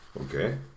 okay